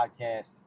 podcast